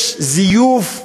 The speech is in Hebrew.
יש זיוף,